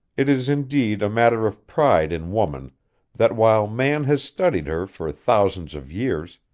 it is indeed a matter of pride in woman that while man has studied her for thousands of years,